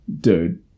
Dude